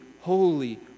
holy